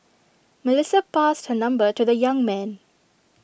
Melissa passed her number to the young man